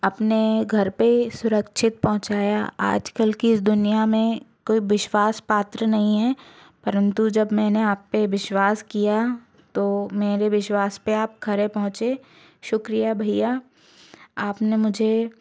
अपने घर पर सुरक्षित पहुँचाया आजकल की इस दुनिया में कोई विश्वास पात्र नहीं है परंतु जब मैंने आप पर विश्वास किया तो मेरे विश्वास पर आप खरे पहुँचे शुक्रिया भैया आपने मुझे